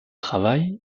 travail